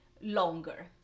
longer